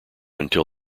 until